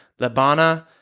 Labana